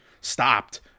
stopped